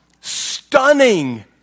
Stunning